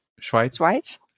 Schweiz